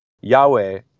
Yahweh